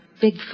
big